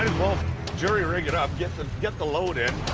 well jury rig it up, get the get the load in.